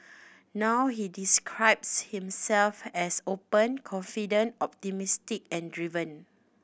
now he describes himself as open confident optimistic and driven